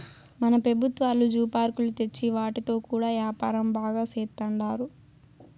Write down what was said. మన పెబుత్వాలు జూ పార్కులు తెచ్చి వాటితో కూడా యాపారం బాగా సేత్తండారు